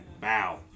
Bow